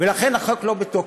ולכן החוק לא בתוקף.